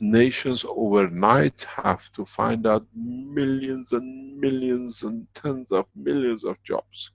nations over night have to find out millions and millions, and tens of millions of jobs.